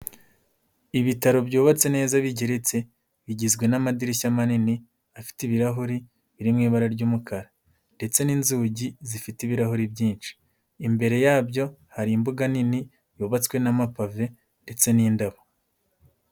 Ibitaro byubatse neza, bigeretse, bigizwe n'amadirishya manini afite ibirahuri biri mu ibara ry'umukara ndetse n'inzugi zifite ibirahuri byinshi. Imbere yabyo hari imbuga nini yubatswe n'amapave ndetse n'indabo.